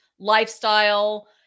lifestyle